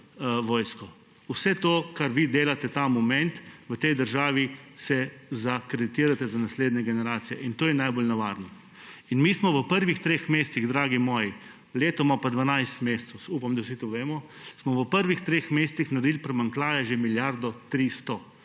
vojsko. Vse to, kar vi delate ta moment v tej državi, je, da se zakreditirate za naslednje generacije. In to je najbolj nevarno. Mi smo v prvih treh mesecih, dragi moji, leto ima pa dvanajst mesecev, upam da vsi to vemo, smo v prvih treh mesecih naredili primanjkljaja že milijardo 300.